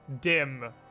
dim